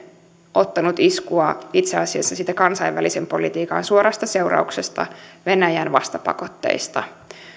ottanut iskua itse asiassa siitä kansainvälisen politiikan suorasta seurauksesta venäjän vastapakotteista